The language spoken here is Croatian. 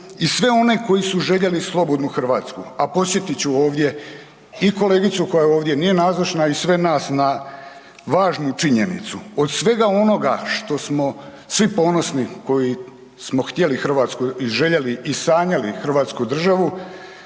i sve one koji su željeli slobodnu Hrvatsku. A podsjetit ću ovdje i kolegicu koja ovdje nije nazočna i sve nas na važnu činjenicu. Od svega onoga što smo svi ponosni koji smo htjeli Hrvatsku i željeli i sanjali Hrvatsku državu,